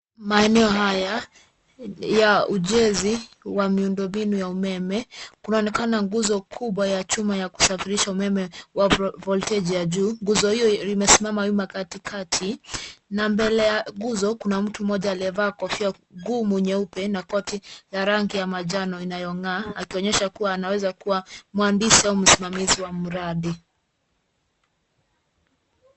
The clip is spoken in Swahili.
Maeneo haya ya ujenzi ya miundombinu ya umeme kuna onekana nguzo kubwa ya chuma ya kusafirisha umeme wa voltage ya juu. Nguzo hio imesimama wima katikati na mbele ya nguzo kuna mtu mmoja alievaa kofia ngumu nyeupe na koti ya rangi ya manjano inayong'aa akionyesha kuwa anaweza kuwa mhandisi au msimamizi wa muradi.